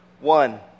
One